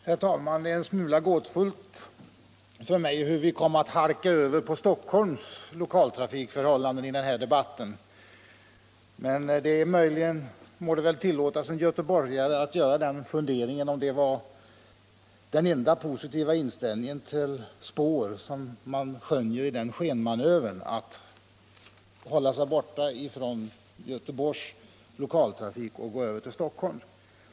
Herr talman! Det är en smula gåtfullt för mig hur vi kom att halka över på Stockholmsregionens trafikförhållanden i den här debatten. Men det må tillåtas en göteborgare att göra den funderingen om det var den enda positiva inställningen till spår som kunde skönjas i den skenmanövern att hålla sig borta från Göteborgs lokaltrafik och gå över till Stockholms.